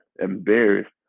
embarrassed